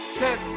ten